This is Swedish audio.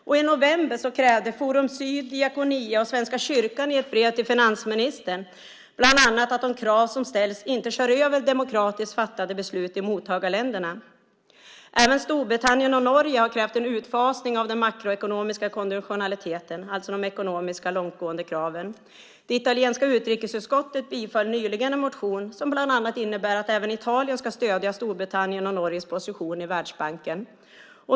I november krävde Forum Syd, Diakonia och Svenska kyrkan i ett brev till finansministern bland annat att de krav som ställs inte kör över demokratiskt fattade beslut i mottagarländerna. Även Storbritannien och Norge har krävt en utfasning av den makroekonomiska konditionaliteten, alltså de ekonomiska långtgående kraven. Det italienska utrikesutskottet tillstyrkte nyligen en motion som bland annat innebär att även Italien ska stödja Storbritanniens och Norges position i Världsbanken.